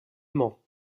mans